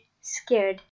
scared